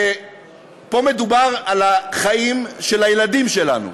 ופה מדובר על החיים של הילדים שלנו,